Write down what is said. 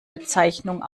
bezeichnung